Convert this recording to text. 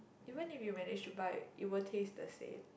even if you manage to buy it won't taste the same